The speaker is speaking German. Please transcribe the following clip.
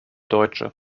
deutsche